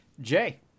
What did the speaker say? Jay